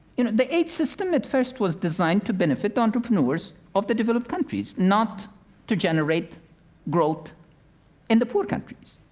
you know, the aid system, at first, was designed to benefit entrepreneurs of the developed countries, not to generate growth in the poor countries.